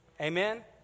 Amen